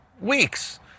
Weeks